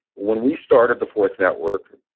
when we started the fourth network,